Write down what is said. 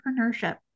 entrepreneurship